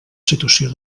situació